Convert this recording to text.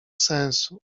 sensu